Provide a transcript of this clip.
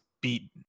beaten